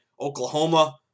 Oklahoma